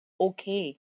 okay